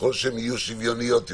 ככל שהן יהיו שוויוניות יותר,